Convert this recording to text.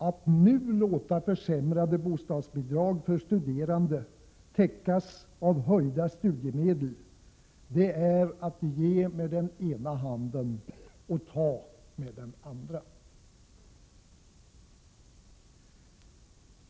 Att nu låta försämrade bostadsbidrag för studerande täckas av höjda studiemedel är att ge med ena handen och ta med den andra!